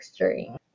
texturing